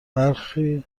برخی